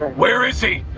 where is he?